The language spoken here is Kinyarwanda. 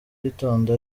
gitondo